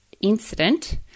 incident